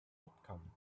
outcome